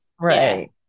Right